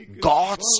God's